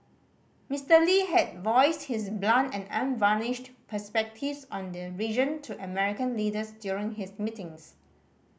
Mister Lee had voiced his blunt and unvarnished perspectives on the region to American leaders during his meetings